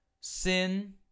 sin